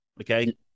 okay